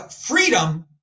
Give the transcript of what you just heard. Freedom